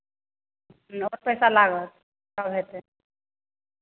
आओर पैसा लागत तब हेतै